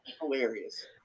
Hilarious